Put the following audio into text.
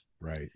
right